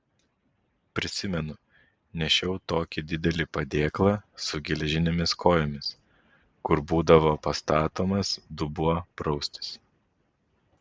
prisimenu nešiau tokį didelį padėklą su geležinėmis kojomis kur būdavo pastatomas dubuo praustis